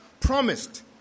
promised